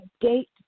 date